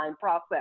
process